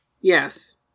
Yes